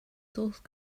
source